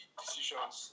decisions